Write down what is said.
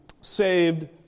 Saved